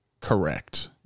correct